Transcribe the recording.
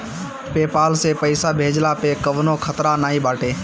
PayPal से पईसा भेजला पअ कवनो खतरा नाइ बाटे